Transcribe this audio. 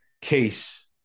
case